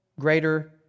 greater